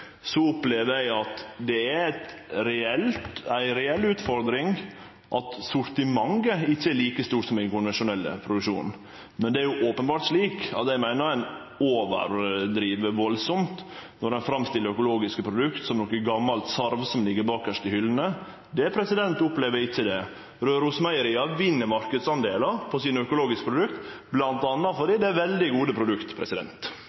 Så dette meiner eg er logisk og i tråd med det eg har sagt tidlegare. Når det gjeld i kva grad ulike representantar må leite seg fram til den økologiske maten, opplever eg at det er ei reell utfordring at sortimentet ikkje er like stort som i den konvensjonelle produksjonen. Men det er openbert slik, og det meiner eg, at ein overdriv veldig når ein framstiller økologiske produkt som noko gammalt sarv som ligg bakarst i hyllene.